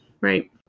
Right